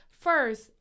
first